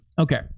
okay